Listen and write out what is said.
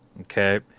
Okay